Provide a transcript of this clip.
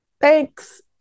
Thanks